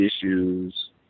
issues